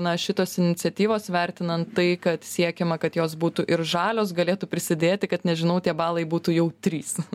na šitos iniciatyvos vertinant tai kad siekiama kad jos būtų ir žalios galėtų prisidėti kad nežinau tie balai būtų jau trys